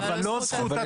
אבל לא זכות הצבעה.